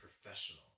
professional